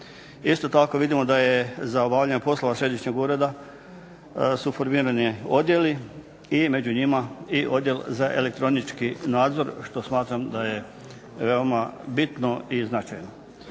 Isto tako vidimo da je za obavljanje poslova središnjeg ureda su formirani odjeli i među njima i odjel za elektronički nadzor što smatram da je veoma bitno i značajno.